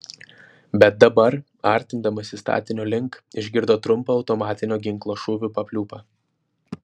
bet dabar artindamasi statinio link išgirdo trumpą automatinio ginklo šūvių papliūpą